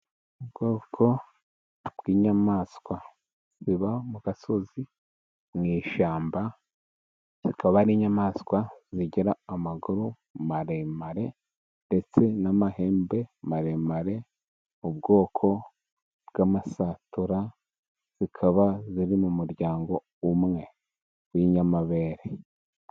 Ubwoko bw'inyamaswa iba mu gasozi mu ishyamba, ikaba ari inyamanswa igira amaguru maremare ndetse n'amahembe maremare. Ubwoko bw'amasatura bikaba biri mu muryango umwe w'inyamabere.